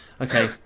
Okay